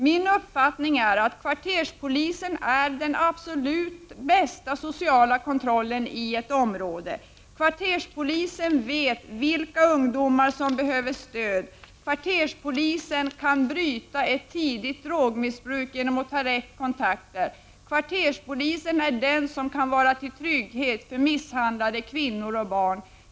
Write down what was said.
Min uppfattning är att kvarterspolisen är den absolut bästa sociala kontrollen i ett område. Kvarterspolisen vet vilka ungdomar som behöver stöd, och kvarterspolisen kan bryta ett tidigt drogmissbruk genom att ta rätt kontakter. Kvarterspolisen är den som kan vara en trygghet för misshandlade kvinnor och barn.